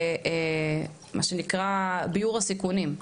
ומה שנקרא ביאור הסיכונים?